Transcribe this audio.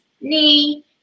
knee